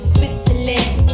Switzerland